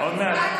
עוד מעט.